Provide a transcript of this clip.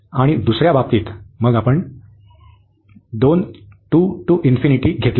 आणि दुसर्या बाबतीत मग आपण 2 ते घेतले आहे